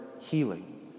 healing